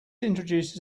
introduces